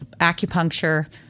acupuncture